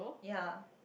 ya